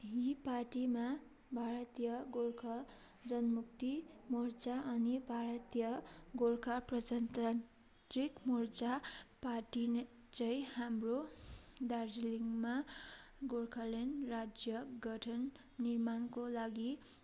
यी पार्टीमा भारतीय गोर्खा जनमुक्ति मोर्चा अनि भारतीय गोर्खा प्रजतान्त्रिक मोर्चा पार्टी नै चाहिँ हाम्रो दार्जीलिङमा गोर्खाल्यान्ड राज्य गठन निर्माणको लागि